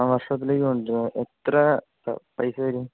അ വർഷോപ്പിലേക്ക് കൊണ്ട് വരാൻ എത്ര പൈസ വരും